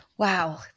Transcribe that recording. Wow